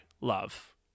love